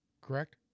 correct